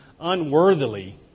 unworthily